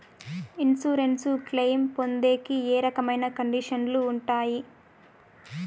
Insurance claim పొందేకి ఏ రకమైన కండిషన్లు ఉంటాయి?